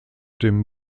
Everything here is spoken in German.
dem